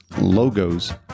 logos